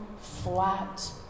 flat